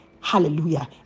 Hallelujah